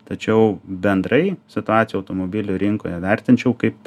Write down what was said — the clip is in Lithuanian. tačiau bendrai situaciją automobilių rinkoje vertinčiau kaip